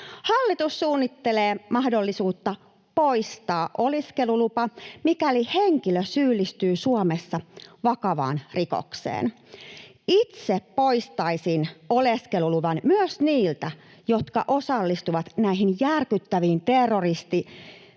Hallitus suunnittelee mahdollisuutta poistaa oleskelulupa, mikäli henkilö syyllistyy Suomessa vakavaan rikokseen. Itse poistaisin oleskeluluvan myös niiltä, jotka osallistuvat näihin järkyttäviin terroristi-Hamasia